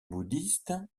bouddhiste